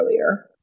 earlier